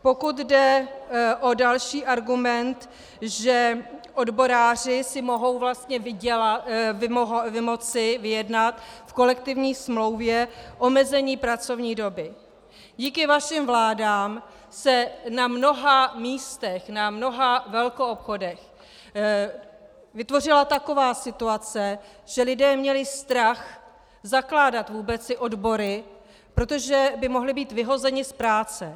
Pokud jde o další argument, že odboráři si mohou vlastně vymoci vyjednat v kolektivní smlouvě omezení pracovní doby, díky vašim vládám se na mnoha místech, na mnoha velkoobchodech vytvořila taková situace, že lidé měli strach zakládat vůbec ty odbory, protože by mohli být vyhozeni z práce.